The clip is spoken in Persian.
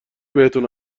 بهتون